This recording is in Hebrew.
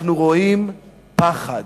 אנחנו רואים פחד.